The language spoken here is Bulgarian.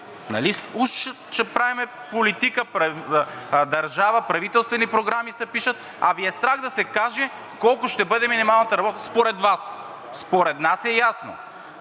уж ще правим политика, държава, правителствени програми се пишат, а Ви е страх да се каже колко ще бъде минималната работна заплата според Вас. Според нас е ясно.